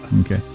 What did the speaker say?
Okay